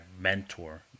mentor